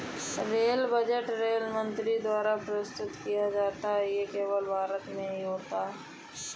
rail budget rail मंत्री द्वारा प्रस्तुत किया जाता है ये केवल भारत में ही होता है